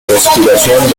respiración